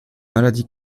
maladie